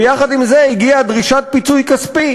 ויחד עם זה הגיעה דרישת פיצוי כספי